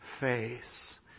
face